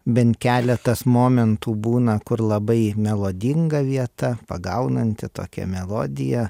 bent keletas momentų būna kur labai melodinga vieta pagaunanti tokią melodiją